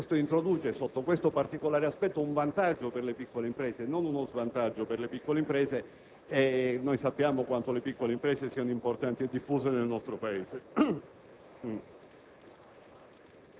È ovvio che ciò introduce, sotto questo particolare aspetto, un vantaggio e non uno svantaggio per le piccole imprese: noi sappiamo quanto le piccole imprese siano importanti e diffuse nel nostro Paese.